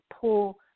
pull